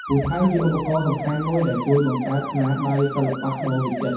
ពូថៅជាឧបករណ៍សំខាន់មួយដែលជួយបង្កើតស្នាដៃសិល្បៈដ៏វិចិត្រ។